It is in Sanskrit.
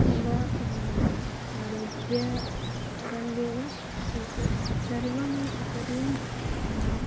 व वा आरोग्यरङ्गे एव तद् सर्वमेव सर्वम् आम्